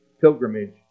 pilgrimage